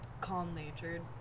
calm-natured